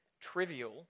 trivial